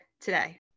today